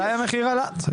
מתי המחיר עלה?